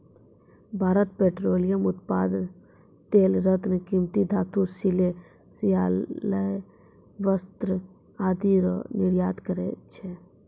Bharat petroleum उत्पाद तेल रत्न कीमती धातु सिले सिलायल वस्त्र आदि रो निर्यात करै छै